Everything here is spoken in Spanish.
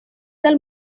del